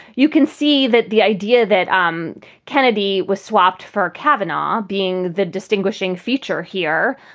you can see that the idea that um kennedy was swapped for kavanaugh being the distinguishing feature here,